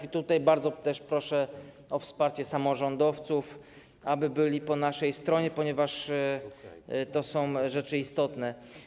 I tutaj bardzo też proszę o wsparcie samorządowców, aby byli po naszej stronie, ponieważ to są rzeczy istotne.